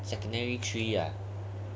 secondary three ah